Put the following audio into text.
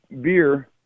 beer